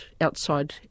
outside